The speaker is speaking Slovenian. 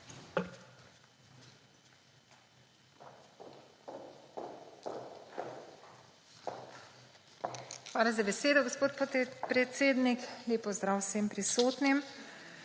Hvala za besedo, gospod podpredsednik. Lep pozdrav vsem prisotnim!